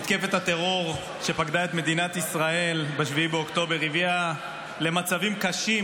מתקפת הטרור שפקדה את מדינת ישראל ב-7 באוקטובר הביאה למצבים קשים,